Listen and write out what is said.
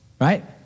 right